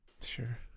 Sure